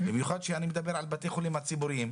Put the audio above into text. במיוחד אני מדבר על בתי החולים הציבוריים,